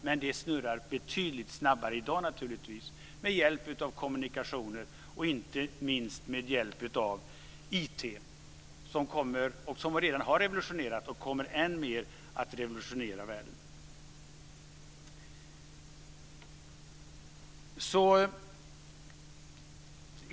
Men det snurrar naturligtvis betydligt snabbare i dag, med hjälp av kommunikationer, och inte minst med hjälp av IT - som redan har revolutionerat och kommer att än mer revolutionera världen.